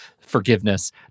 forgiveness